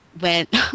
went